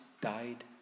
died